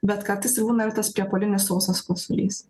bet kartais ir būna ir tas priepuolinis sausas kosulys